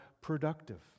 productive